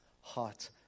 heart